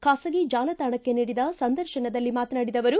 ಖಾಸಗಿ ಜಾಲತಾಣಕ್ಕೆ ನೀಡಿದ ಸಂದರ್ಶನದಲ್ಲಿ ಮಾತನಾಡಿದ ಅವರು